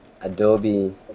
Adobe